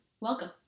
welcome